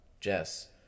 Jess